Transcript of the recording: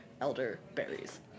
elderberries